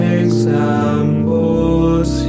examples